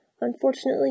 Unfortunately